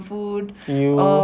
!eww!